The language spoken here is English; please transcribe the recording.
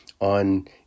on